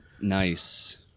Nice